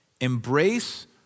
Embrace